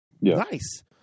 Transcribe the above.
nice